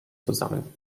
zusammen